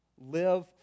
Live